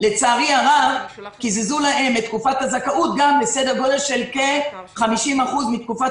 לצערי הרב קיזזו להם את תקופת הזכאות לסדר גודל של כ-50% מתקופת